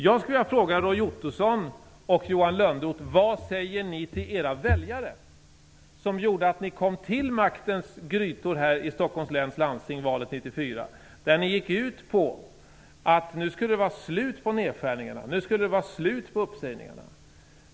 Jag skulle vilja ställa en fråga till Roy Ottosson och Johan Lönnroth: Vad säger ni till de väljare som gjorde att ni kom till maktens grytor i Stockholm läns landsting i valet 1994? Ni gick ut med att det skulle vara slut med nedskärningarna och uppsägningarna.